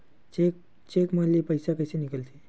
Cheque म ले पईसा कइसे निकलथे?